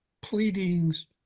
pleadings